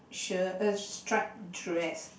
shirt err stripe dress